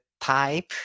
type